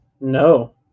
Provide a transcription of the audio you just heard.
No